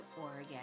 Oregon